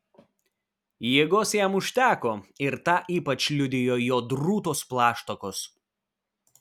jėgos jam užteko ir tą ypač liudijo jo drūtos plaštakos